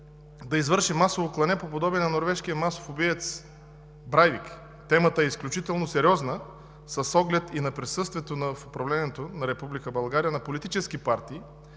да извърши масово клане по подобие на норвежкия масов убиец Брайвик. Темата е изключително сериозна с оглед и на присъствието в управлението на Република България на политически партии,